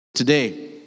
Today